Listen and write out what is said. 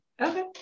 Okay